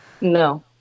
No